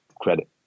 credit